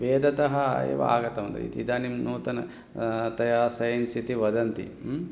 वेदतः एव आगतवन्तः इति इदानीं नूतनं तया सैन्स् इति वदन्ति